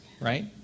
right